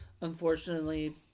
unfortunately